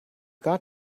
got